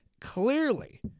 Clearly